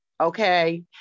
okay